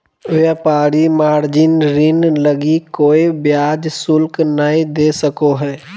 व्यापारी मार्जिन ऋण लगी कोय ब्याज शुल्क नय दे सको हइ